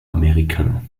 américains